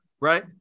Right